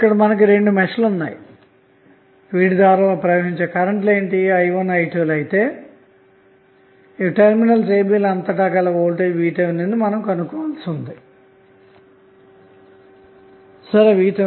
ఇక్కడ మనకు రెండు మెష్ లు ఉన్నాయి వీటి ద్వారా ప్రవహించే కరెంటు లు i1 i2 లు అయితే టెర్మినల్స్ a b ల అంతటావోల్టేజ్ VThను కనుగొనాలి అన్న మాట